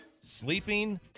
sleeping